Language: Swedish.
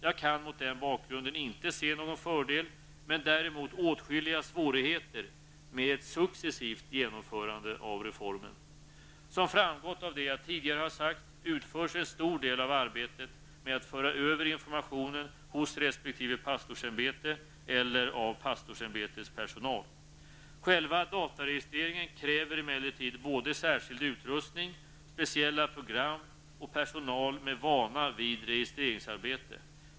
Jag kan mot den bakgrunden inte se någon fördel, men däremot åtskilliga svårigheter med ett successivt genomförande av reformen. Som framgått av det jag tidigare har sagt utförs en stor del av arbetet med att föra över informationen hos resp. pastorsämbete eller av pastorsämbetets personal. Själva dataregistreringen kräver emellertid både särskild utrustning, speciella program och personal med vana vid registreringsarbete.